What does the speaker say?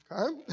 okay